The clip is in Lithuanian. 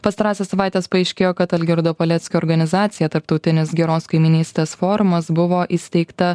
pastarąsias savaites paaiškėjo kad algirdo paleckio organizacija tarptautinis geros kaimynystės forumas buvo įsteigta